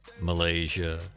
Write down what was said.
Malaysia